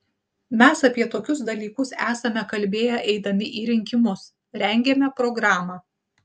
mes apie tokius dalykus esame kalbėję eidami į rinkimus rengėme programą